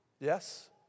Yes